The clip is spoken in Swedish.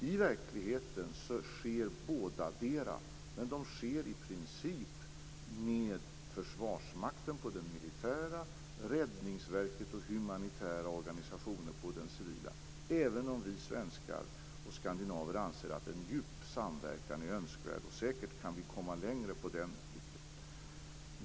I verkligheten sker båda dessa insatser, men de sker i princip med Försvarsmakten på den militära sidan och Räddningsverket och humanitära organisationer på den civila, även om vi svenskar och skandinaver anser att en djup samverkan är önskvärd. Vi kan säkert komma längre i det avseendet.